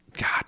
god